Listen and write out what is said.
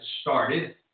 started